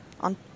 on